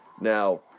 Now